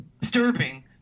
disturbing